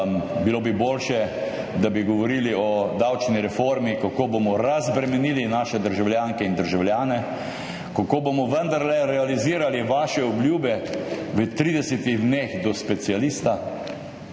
Bilo bi boljše, da bi govorili o davčni reformi, kako bomo razbremenili naše državljanke in državljane, kako bomo vendarle realizirali vaše obljube v 30 dneh do specialista.